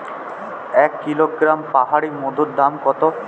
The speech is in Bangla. এক কিলোগ্রাম পাহাড়ী মধুর দাম কত?